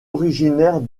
originaire